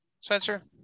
Spencer